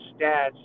stats